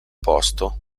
posto